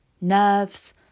nerves